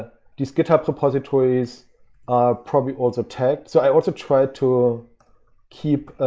these github repositories are probably also tagged. so i also try to keep